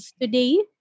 today